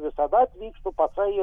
visada atvykstu patsai ir